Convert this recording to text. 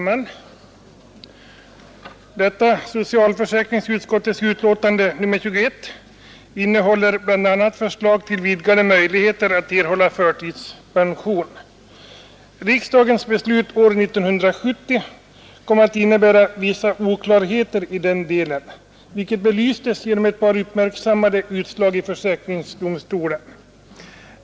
Herr talman! Socialförsäkringsutskottets betänkande nr 21 innehåller bl.a. förslag till vidgade möjligheter att erhålla förtidspension. Riksdagens beslut år 1970 kom att innebära vissa oklarheter i den delen, vilket belystes genom ett par uppmärksammade utslag i försäkringsdomstolen.